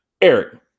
Eric